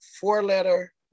four-letter